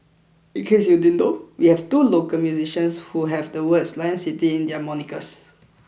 in case you didn't know we have two local musicians who have the words 'Lion City' in their monikers